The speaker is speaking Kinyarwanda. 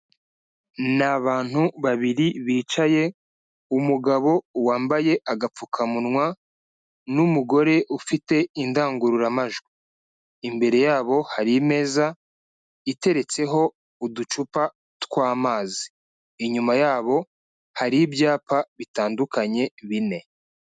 Ni abantu babiri bicaye, umugabo wambaye agapfukamunwa n'umugore ufite indangururamajwi, imbere yabo hari imeza iteretseho uducupa tw'amazi, inyuma yabo hari ibyapa bitandukanye bine.